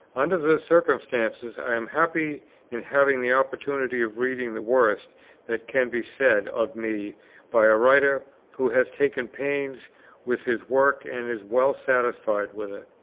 under the circumstances i am happy in having the opportunity of reading the worst that can be said of me by a writer who has taken pains with his work and is well satisfied with it.